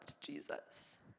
Jesus